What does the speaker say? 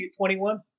21